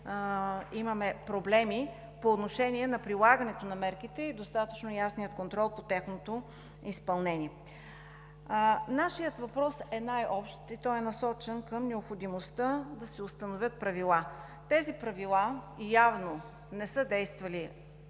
имаме проблеми по отношение на прилагането на мерките и достатъчно ясния контрол по тяхното изпълнение. Нашият въпрос е най-общ и той е насочен към необходимостта да се установят правила. Тези правила явно не са действали